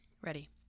Ready